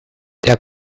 der